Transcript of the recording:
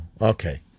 Okay